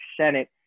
Senate